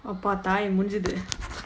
அப்பா தாயே முடிஞ்சுது:appa thaayae mudinjuthu